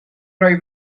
rhoi